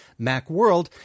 Macworld